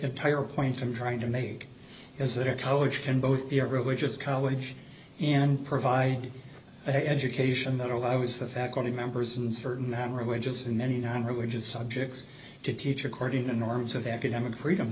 entire point i'm trying to make is that a college can both be a religious college and provide an education that allows the faculty members and certain religious and many non religious subjects to teach according to norms of academic freedom